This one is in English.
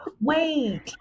wait